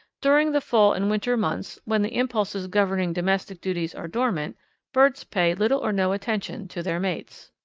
during the fall and winter months, when the impulses governing domestic duties are dormant birds pay little or no attention to their mates.